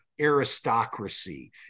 aristocracy